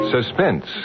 Suspense